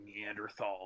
Neanderthal